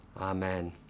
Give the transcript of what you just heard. Amen